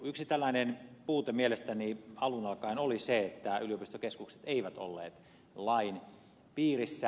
yksi tällainen puute mielestäni alun alkaen oli se että yliopistokeskukset eivät olleet lain piirissä